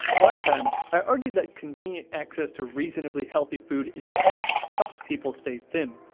last time, i argued that convenient access to reasonably healthy food in japan helps people stay thin.